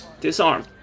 Disarm